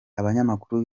abanyamakuru